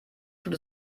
tut